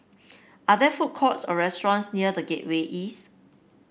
are there food courts or restaurants near The Gateway East